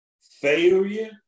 failure